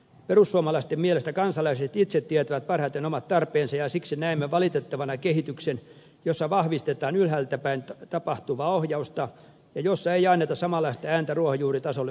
perussuomalaisten mielestä kansalaiset itse tietävät parhaiten omat tarpeensa ja siksi näemme valitettavana kehityksen jossa vahvistetaan ylhäältäpäin tapahtuvaa ohjausta ja jossa ei anneta samanlaista ääntä ruohonjuuritasolle kuin ennen